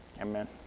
Amen